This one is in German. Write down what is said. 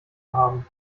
haben